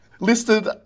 Listed